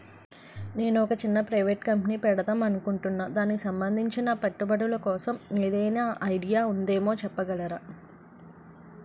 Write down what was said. నేను ఒక చిన్న ప్రైవేట్ కంపెనీ పెడదాం అనుకుంటున్నా దానికి సంబందించిన పెట్టుబడులు కోసం ఏదైనా ఐడియా ఉందేమో చెప్పగలరా?